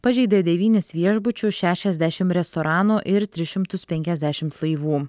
pažeidė devynis viešbučių šešiasdešim restoranų ir tris šimtus penkiasdešimt laivų